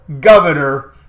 governor